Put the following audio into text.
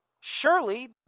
surely